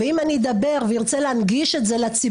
ואם אני ארצה להנגיש את זה לציבור,